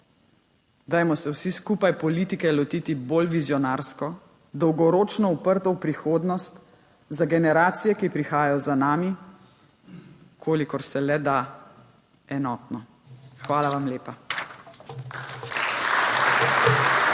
Dajmo se vsi skupaj politike lotiti bolj vizionarsko, dolgoročno uprto v prihodnost, za generacije, ki prihajajo za nami. Kolikor se le da enotno. Hvala vam lepa.